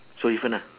so different lah